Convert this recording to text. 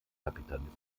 kapitalismus